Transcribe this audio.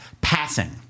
passing